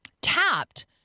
tapped